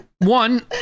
One